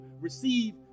receive